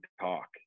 talk